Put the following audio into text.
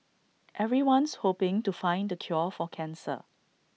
everyone's hoping to find the cure for cancer